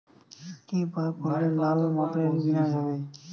কি প্রয়োগ করলে লাল মাকড়ের বিনাশ হবে?